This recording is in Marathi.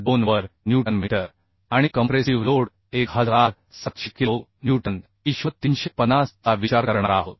2 वर न्यूटन मीटर आणि compressive load 1700 kilo newton ISHV 350 चा विचार करणार आहोत